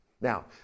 Now